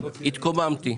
התקוממתי.